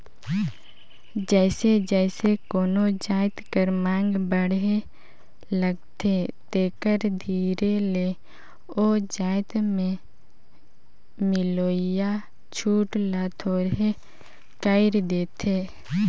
जइसे जइसे कोनो जाएत कर मांग बढ़े लगथे तेकर धीरे ले ओ जाएत में मिलोइया छूट ल थोरहें कइर देथे